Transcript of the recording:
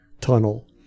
tunnel